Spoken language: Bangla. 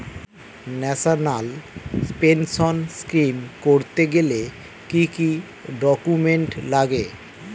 ন্যাশনাল পেনশন স্কিম করতে গেলে কি কি ডকুমেন্ট লাগে?